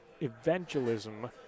evangelism